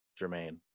Jermaine